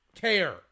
care